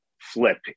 flip